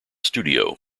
studio